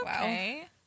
okay